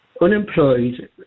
unemployed